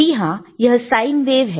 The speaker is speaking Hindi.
जी हां यह साइन वेव है